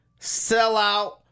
sellout